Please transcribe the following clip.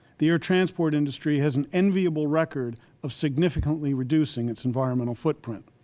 the air transport industry has an enviable record of significantly reducing its environmental footprint.